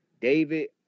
David